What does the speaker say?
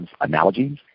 analogies